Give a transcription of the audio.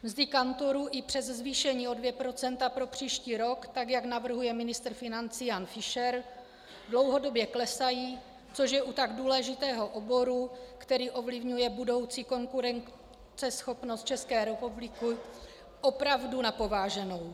Mzdy kantorů i přes zvýšení o 2 % pro příští rok, tak jak navrhuje ministr financí Jan Fischer, dlouhodobě klesají, což je u tak důležitého oboru, který ovlivňuje budoucí konkurenceschopnost České republiky, opravdu na pováženou.